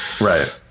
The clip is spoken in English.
right